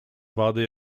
wadi